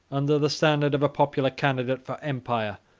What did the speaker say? under the standard of a popular candidate for empire,